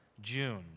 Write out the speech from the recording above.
June